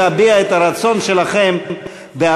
ואז תוכלו להביע את הרצון שלכם בהצבעה